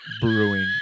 brewing